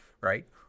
right